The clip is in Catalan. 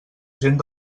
gent